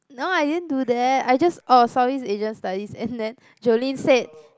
no I didn't do that I just oh South East Asia studies and then Jolene said